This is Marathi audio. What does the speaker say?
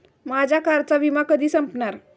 माझ्या कारचा विमा कधी संपणार